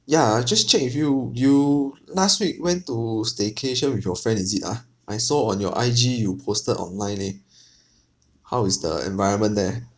ya I just check with you you last week went to staycation with your friend is it ah I saw on your I_G you posted online eh how is the environment there